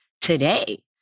today